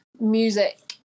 music